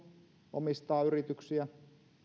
omistaa yrityksiä